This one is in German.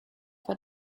war